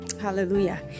Hallelujah